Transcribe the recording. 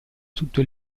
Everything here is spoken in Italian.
tutto